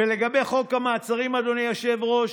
לגבי חוק המעצרים, אדוני היושב-ראש,